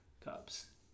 cups